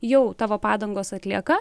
jau tavo padangos atlieka